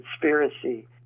Conspiracy